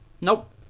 Nope